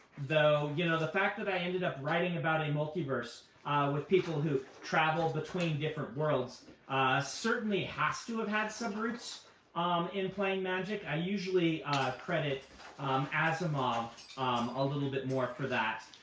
though you know the face that i ended up writing about a multiverse with people who travel between different worlds certainly has to have had some roots um in playing magic. i usually credit asimov a little bit more for that,